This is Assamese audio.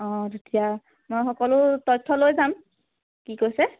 অ তেতিয়া মই সকলো তথ্য লৈ যাম কি কৈছে